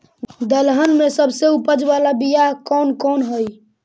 दलहन में सबसे उपज बाला बियाह कौन कौन हइ?